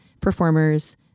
performers